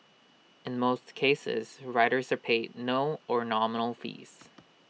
in most cases writers are paid no or nominal fees